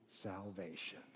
Salvation